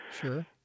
Sure